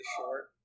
short